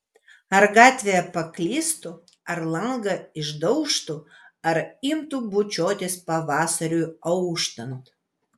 ar gatvėje paklystų ar langą išdaužtų ar imtų bučiuotis pavasariui auštant